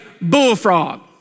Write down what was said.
bullfrog